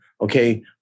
Okay